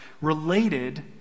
related